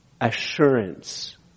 assurance